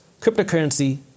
cryptocurrency